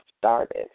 started